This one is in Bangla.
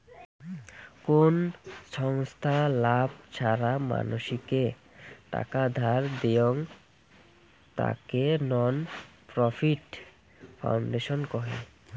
কোন ছংস্থা লাভ ছাড়া মানসিকে টাকা ধার দেয়ং, তাকে নন প্রফিট ফাউন্ডেশন কহে